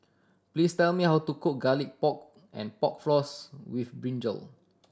please tell me how to cook Garlic Pork and Pork Floss with brinjal